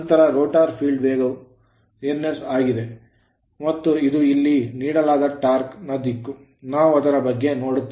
ನಂತರ rotor field ನ ವೇಗವು ns ಆಗಿದೆ ಮತ್ತು ಇದು ಇಲ್ಲಿ ನೀಡಲಾದ torque ಟಾರ್ಕ್ ನ ದಿಕ್ಕು ನಾವು ಅದರ ಬಗ್ಗೆ ನೋಡುತ್ತೇವೆ